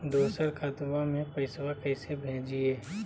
दोसर खतबा में पैसबा कैसे भेजिए?